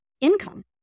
income